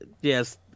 Yes